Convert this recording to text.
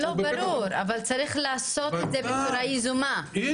אבל צריך לעשות את זה בצורה יזומה.